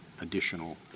additional